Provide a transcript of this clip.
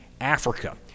Africa